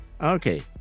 okay